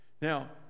Now